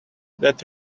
that